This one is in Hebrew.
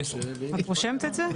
את רושמת את זה?